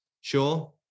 sure